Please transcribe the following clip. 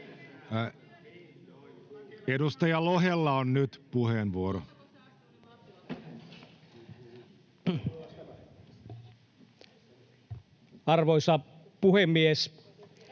Edustaja Lohella on nyt puheenvuoro. [Speech